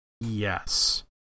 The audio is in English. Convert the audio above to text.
Yes